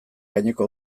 gaineko